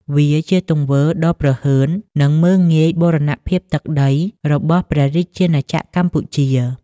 វាជាទង្វើដ៏ប្រហើន និងមើលងាយបូរណភាពទឹកដីរបស់ព្រះរាជាណាចក្រកម្ពុជា។